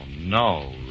no